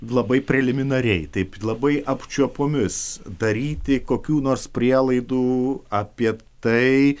labai preliminariai taip labai apčiuopomis daryti kokių nors prielaidų apie tai